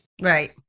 right